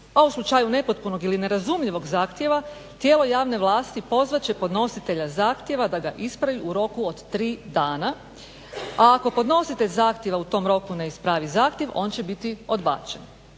a u slučaju nepotpunog ili nerazumljivog zahtjeva tijelo javne vlasti pozvat će podnositelja zahtjeva da ga ispravi u roku od 3 dana, a ako podnositelj zahtjeva u tom roku ne ispravi zahtjev on će biti odbačen.